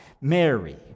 Mary